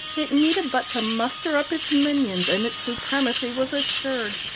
it needed but to muster up its minions, and its supremacy was assured.